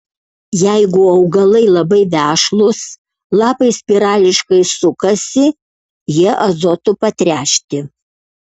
jeigu augalai labai vešlūs lapai spirališkai sukasi jie azotu patręšti